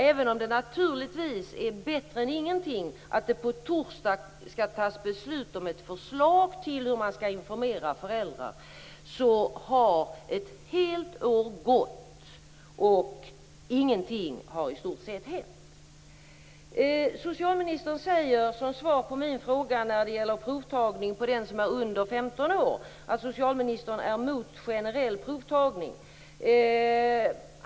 Även om det är bättre än ingenting att det på torsdag skall fattas beslut om ett förslag till hur man skall informera föräldrar så har ett helt år gått utan att i stort sett någonting har hänt. Som svar på min fråga om provtagning på den som är under 15 år säger socialministern att hon är emot generell provtagning.